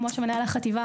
כמו שאמר מנהל החטיבה,